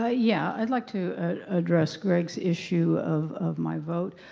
ah yeah i'd like to address greg's issue of of my vote.